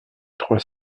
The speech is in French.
trois